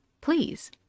Please